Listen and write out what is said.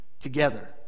together